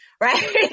Right